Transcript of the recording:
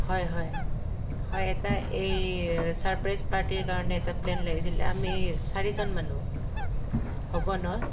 হয় হয় হয় এটা এই চাৰপ্ৰাইজ পাৰ্টিৰ কাৰণে এটা প্লেন লাগিছিল আমি চাৰিজন মানুহ হ'ব ন